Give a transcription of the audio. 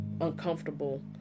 uncomfortable